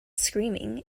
screaming